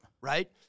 right